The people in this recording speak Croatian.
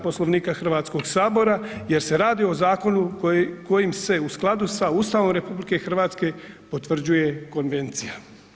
Poslovnika Hrvatskog sabora jer se radi o zakonu kojim se u skladu sa Ustavom RH potvrđuje konvencija.